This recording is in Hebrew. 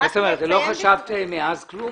מאז לא חשבתם כלום?